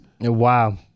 Wow